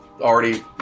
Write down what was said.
Already